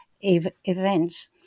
events